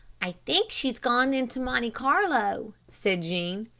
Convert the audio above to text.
i think she's gone in to monte carlo, said jean.